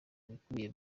ibikubiye